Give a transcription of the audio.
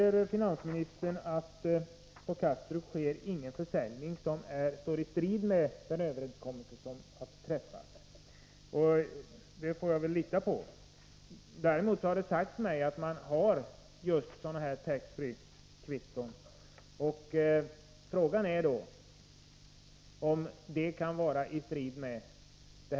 Finansministern säger att det på Kastrups flygplats inte förekommer någon försäljning som står i strid med den överenskommelse som har träffats. Det får jag väl lita på, men det har sagts mig att man där har sådana ”tax-free”- kvitton som jag nämnt. Frågan är då om detta kan strida mot avtalet.